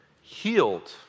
Healed